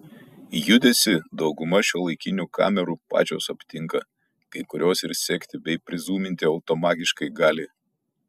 judesį dauguma šiuolaikinių kamerų pačios aptinka kai kurios ir sekti bei prizūminti automagiškai gali